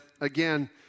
again